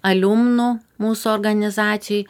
aliumnų mūsų organizacijoj